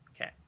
Okay